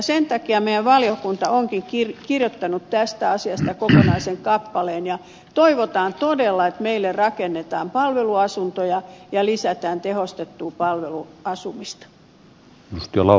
sen takia meidän valiokuntamme onkin kirjoittanut tästä asiasta kokonaisen kappaleen ja toivotaan todella että meille rakennetaan palveluasuntoja ja lisätään tehostettua palveluasumista